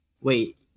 Wait